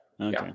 Okay